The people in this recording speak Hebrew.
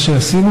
מה שעשינו,